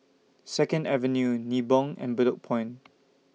Second Avenue Nibong and Bedok Point